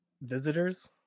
visitors